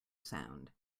sound